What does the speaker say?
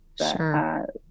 Sure